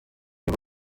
eva